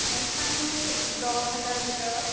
Samsung দহ হাজাৰৰ ভিতৰত